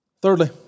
Thirdly